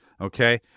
Okay